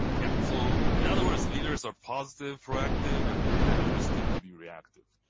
yeah so in other words, leaders are positive, proactive, and managers tend to be reactive.